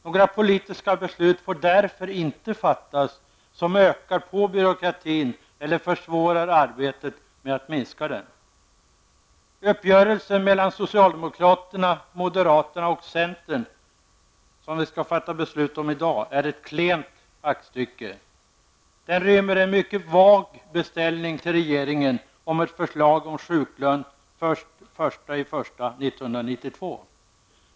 Några politiska beslut får därför inte fattas som ökar byråkratin eller försvårar arbetet med att minska den. Uppgörelsen mellan socialdemokraterna, moderaterna och centern, som vi skall fatta beslut om i dag, är ett klent aktstycke. Den rymmer en mycket vag beställning till regeringen om ett förslag om sjuklön den 1 januari 1992.